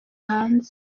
hanze